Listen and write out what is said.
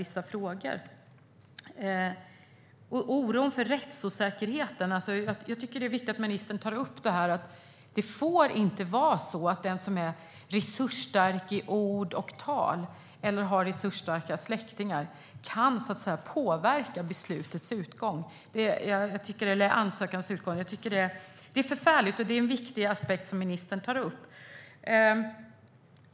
När det gäller oron för rättssäkerheten tycker jag att det som ministern tar upp är viktigt. Det får inte vara så att den som är resursstark i ord och tal eller har resursstarka släktingar kan påverka ansökans utgång. Jag tycker att det är förfärligt, och det är en viktig aspekt som ministern tar upp.